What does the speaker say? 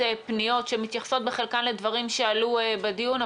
פניות שמתייחסות בחלקן לדברים שעלו בדיון,